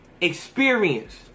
Experience